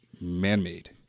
man-made